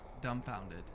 dumbfounded